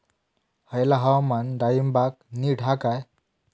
हयला हवामान डाळींबाक नीट हा काय?